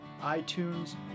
iTunes